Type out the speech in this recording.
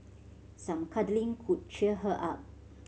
some cuddling could cheer her up